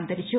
അന്തരിച്ചു